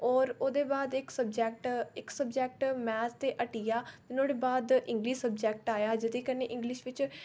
और ओहदे बाद इक सब्जैक्ट इक सब्जैक्ट मैथ ते हटी गेआ नुआढ़े बाद इंगलिश सब्जैक्ट आया जेहदे कन्नै इंगलिश बिच्च